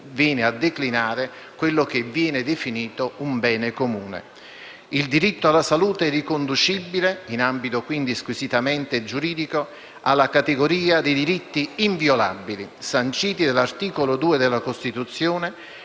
Il diritto alla salute è riconducibile, in ambito quindi squisitamente giuridico, alla categoria dei diritti inviolabili sanciti dall'articolo 2 della Costituzione,